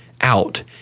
out